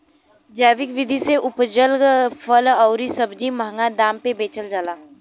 जैविक विधि से उपजल फल अउरी सब्जी महंगा दाम पे बेचल जाला